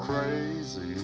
crazy